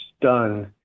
stunned